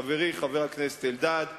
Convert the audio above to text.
חברי חבר הכנסת אלדד,